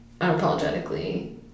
unapologetically